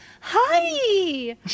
Hi